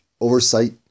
oversight